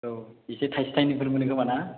औ एसे थाइसे थाइनैफोर मोनो खोमा ना